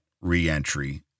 reentry